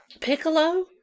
Piccolo